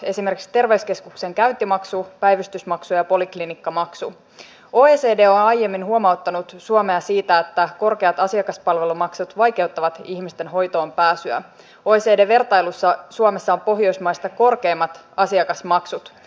edelleen asiaa esillä pitäneet ja sitä eri kanavia pitkin edistäneet aktivistit yksittäin ja kansanliikkeenä niin luumäellä pääkaupunkiseudulla kuin muuallakin suomessa on pohjoismaista korkeimmat asiakasmaksut